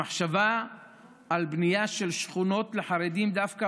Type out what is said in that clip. המחשבה על בנייה של שכונות לחרדים דווקא